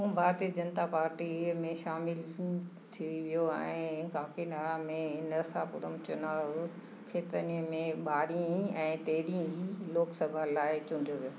हू भारतीय जनता पार्टीअ में शामिल हूं थी वियो ऐं काकीनाडा ऐं नरसापुरम चुनाव खेतनि में ॿारहीं ऐं तेरहीं लोकसभा लाइ चूंडियो वियो